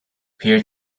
peer